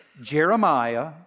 Jeremiah